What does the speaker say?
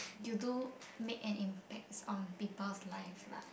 you do make an impacts on people's life lah